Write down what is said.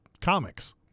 comics